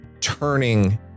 turning